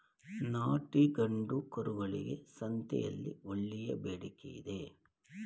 ನಾಟಿ ಗಂಡು ಕರುಗಳಿಗೆ ಸಂತೆಯಲ್ಲಿ ಒಳ್ಳೆಯ ಬೇಡಿಕೆಯಿದೆ